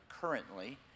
currently